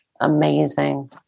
Amazing